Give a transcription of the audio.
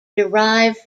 derive